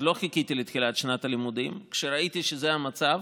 לא חיכיתי לתחילת שנת הלימודים כשראיתי שזה המצב,